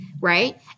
right